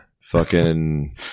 Fucking-